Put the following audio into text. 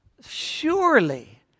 Surely